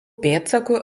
pėdsakų